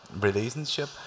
Relationship